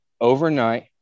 overnight